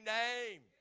name